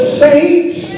saints